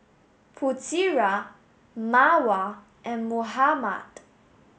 Putera Mawar and Muhammad